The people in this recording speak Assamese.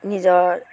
নিজৰ